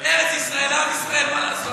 ארץ-ישראל לעם ישראל, מה לעשות.